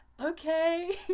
okay